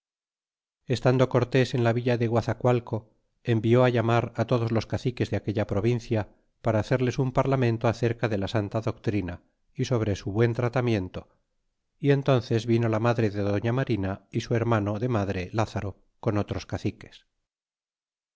estando cortés en la villa de guazacualco envió todos los caciques de aquella provincia para hacerles un parlamento acerca de la santa doctrina y sobre su buen tratamiento y entónces vino la madre de doña marina y su hermano de madre lázaro con otros caciques